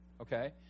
okay